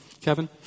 Kevin